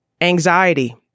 Anxiety